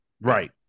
Right